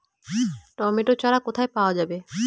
Tomato চারা কোথায় পাওয়া যাবে?